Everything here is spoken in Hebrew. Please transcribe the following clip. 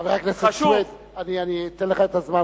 חבר הכנסת סוייד, אני אתן לך את הזמן,